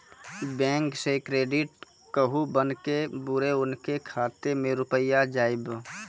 Bank से credit कद्दू बन के बुरे उनके खाता मे रुपिया जाएब?